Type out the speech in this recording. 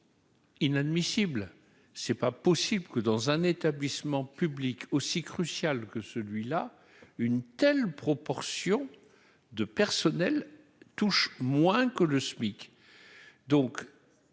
Inadmissible, c'est pas possible que dans un établissement public aussi crucial que celui-là, une telle proportion de personnel touche moins que le SMIC